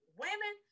women